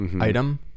item